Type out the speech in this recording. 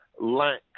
lack